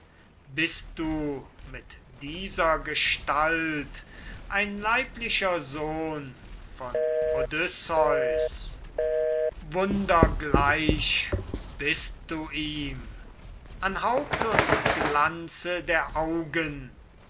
bist du mit dieser gestalt ein leiblicher sohn von odysseus wundergleich bist du ihm an haupt und glanze der augen